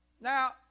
Now